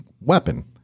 weapon